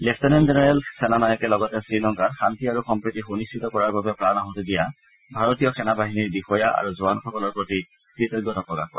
lieutenant general Senanayake লগতে শ্ৰীলংকাত শাস্তি আৰু সম্প্ৰীতি সূনিশ্চিত কৰাৰ বাবে প্ৰাণ আহুতি দিয়া ভাৰতীয় সেনা বাহিনীৰ বিষয়া আৰু জোৱানসকলৰ প্ৰতি কৃতজ্ঞতা প্ৰকাশ কৰে